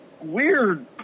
weird